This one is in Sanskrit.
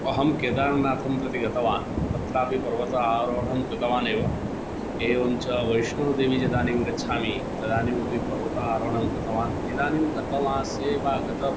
अहं केदारनाथं प्रति गतवान् तत्रापि पर्वत आरोहणं कृतवानेव एवं च वैष्णोदेवी यदा गच्छामि तदानीमपि पर्वत आरोहणं कृतवान् इदानीं गतमासे वा गतं